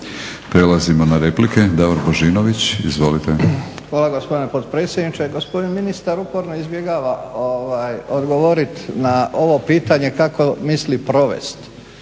Prelazimo na replike. Davor Božinović, izvolite. **Božinović, Davor (HDZ)** Hvala gospodine potpredsjedniče. Gospodin ministar uporno izbjegava odgovoriti na ovo pitanje kako misli provesti,